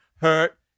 hurt